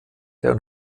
der